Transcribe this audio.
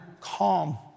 calm